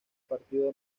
partido